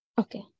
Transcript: Okay